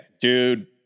Dude